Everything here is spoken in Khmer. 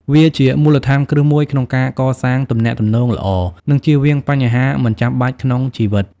វាជាមូលដ្ឋានគ្រឹះមួយក្នុងការកសាងទំនាក់ទំនងល្អ និងជៀសវាងបញ្ហាមិនចាំបាច់ក្នុងជីវិត។